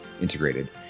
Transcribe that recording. Integrated